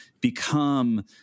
become